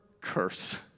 curse